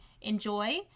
enjoy